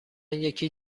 یکی